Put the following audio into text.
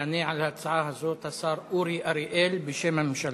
יענה על ההצעה הזאת השר אורי אריאל בשם הממשלה.